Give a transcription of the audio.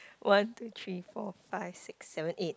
one two three four five six seven eight